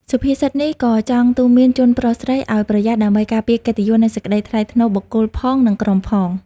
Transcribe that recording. សុភាសិតនេះក៏ចង់ទូន្មានជនប្រុសស្រី ឲ្យប្រយ័ត្នដើម្បីការពារកិត្តិយសនិងសេចក្តីថ្លៃថ្នូរបុគ្គលផងនិងក្រុមផង។